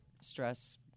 stress